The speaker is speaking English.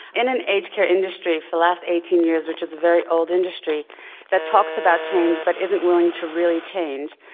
in an aged care industry for the last eighteen years which is a very old industry that talks about change but isn't willing to really change,